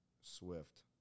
Swift